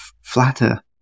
flatter